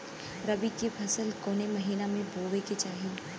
रबी की फसल कौने महिना में बोवे के चाही?